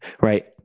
right